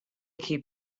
keep